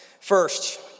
First